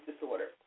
disorder